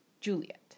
Juliet